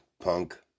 punk